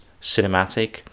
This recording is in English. cinematic